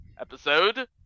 episode